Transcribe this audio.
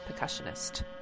percussionist